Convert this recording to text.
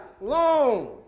long